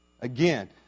Again